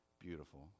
beautiful